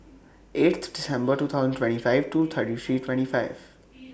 eighth December two thousand twenty five two thirty three twenty five